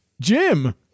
Jim